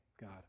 God